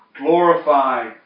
glorify